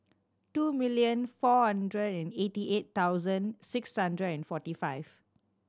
two million four hundred and eighty eight thousand six hundred and forty five